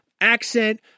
Accent